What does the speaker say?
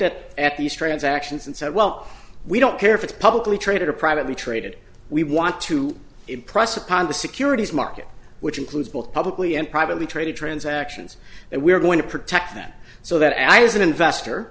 at at these transactions and said well we don't care if it's publicly traded or privately traded we want to impress upon the securities market which includes both publicly and privately traded transactions that we're going to protect them so that as an investor